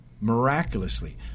miraculously